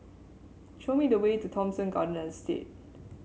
show me the way to Thomson Garden Estate